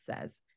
says